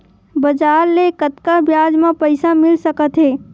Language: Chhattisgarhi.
बजार ले कतका ब्याज म पईसा मिल सकत हे?